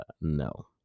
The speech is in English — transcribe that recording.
no